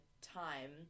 time